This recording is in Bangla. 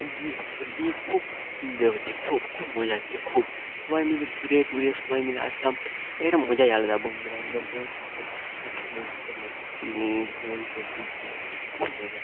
গিয়ে দিয়ে খুব এনজয় হচ্ছে খুব খুব মজা হচ্ছে খুব সবাই মিলে ঘুরে টুরে সবাই মিলে আসলাম এর একটা মজাই আলাদা বন্ধুবান্ধবদের সাথে আর ফ্যামিলির সাথে ভ্রমণ করতে গিয়ে খুব মজা